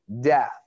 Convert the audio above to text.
death